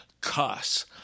cuss